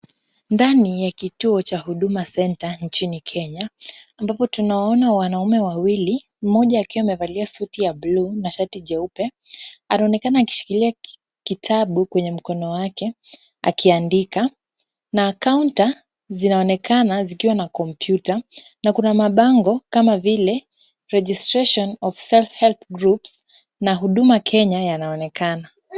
Ndani ya kituo cha Huduma Centre nchini Kenya ambapo tunaona wanaume wawili mmoja akiwa amevalia suti ya bluu na shati jeupe anaonekana akishikilia kitabu kwenye mkono wake akiandika na kaunta zinaonekana zikiwa na kompyuta na kuna mabango kama vile registration of self-help groups na Huduma Kenya yanaonekana.